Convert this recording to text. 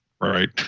right